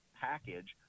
package